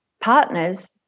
partners